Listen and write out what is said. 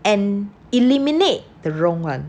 and eliminate the wrong [one]